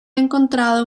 encontrado